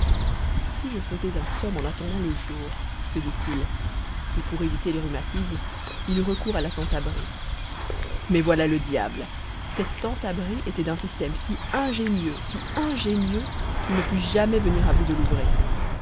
si je faisais un somme en attendant le jour se dit-il et pour éviter les rhumatismes il eut recours à la tente abri mais voilà le diable cette tente abri était d'un système si ingénieux si ingénieux qu'il ne put jamais venir à bout de l'ouvrir